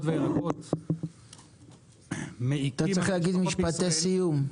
והירקות --- אתה צריך להגיד משפטי סיום.